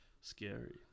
scary